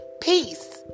Peace